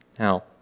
Now